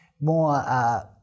more